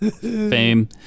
fame